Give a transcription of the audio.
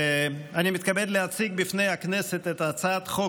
אני מתכבד להציג בפני הכנסת את הצעת חוק